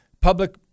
public